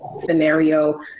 scenario